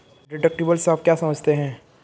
Deductible से आप क्या समझते हैं?